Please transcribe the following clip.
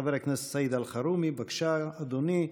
חבר הכנסת סעיד אלחרומי, בבקשה, אדוני,